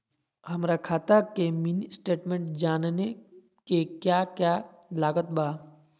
हमरा खाता के मिनी स्टेटमेंट जानने के क्या क्या लागत बा?